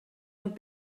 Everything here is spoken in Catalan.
amb